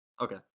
Okay